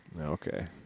Okay